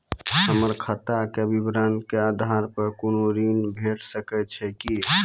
हमर खाता के विवरण के आधार प कुनू ऋण भेट सकै छै की?